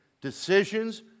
decisions